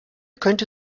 könnte